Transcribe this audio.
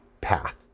path